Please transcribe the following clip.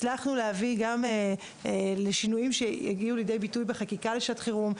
הצלחנו להביא גם לשינויים שבאו לידי ביטוי בחקיקה לשעת חרום.